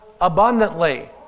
abundantly